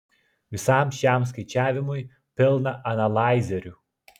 visam šiam skaičiavimui pilna analaizerių